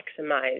maximize